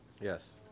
Yes